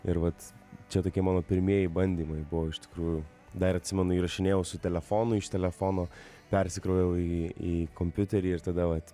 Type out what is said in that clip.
ir vat čia tokie mano pirmieji bandymai buvo iš tikrųjų dar atsimenu įrašinėjau su telefonu iš telefono persikroviau į į kompiuterį ir tada vat